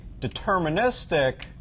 deterministic